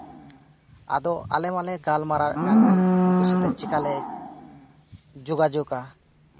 ᱟᱫᱚ ᱟᱞᱮ ᱢᱟᱞᱮ ᱜᱟᱞᱢᱟᱨᱟᱣ ᱮᱫ ᱠᱟᱱᱜᱮ ᱩᱱᱠᱩ ᱥᱟᱛᱮᱜ ᱪᱤᱠᱟᱹᱞᱮ ᱡᱳᱜᱟᱡᱳᱜᱼᱟ